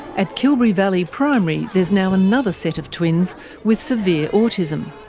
at kilberry valley primary, there's now another set of twins with severe autism.